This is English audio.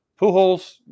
Pujols